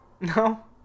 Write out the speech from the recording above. No